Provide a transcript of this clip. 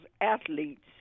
athletes